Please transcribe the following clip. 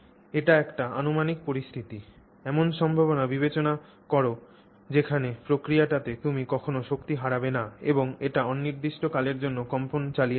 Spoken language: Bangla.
এটি একটি অনুমানিক পরিস্থিতি এমন সম্ভাবনা বিবেচনা কর যেখানে প্রক্রিয়াটিতে তুমি কোনও শক্তি হারাবে না এবং এটি অনির্দিষ্টকালের জন্য কম্পন চালিয়ে যাবে